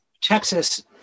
Texas